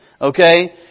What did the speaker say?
Okay